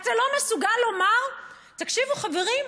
אתה לא מסוגל לומר: תקשיבו חברים,